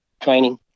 training